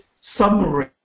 summary